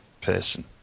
person